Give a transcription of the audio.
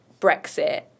brexit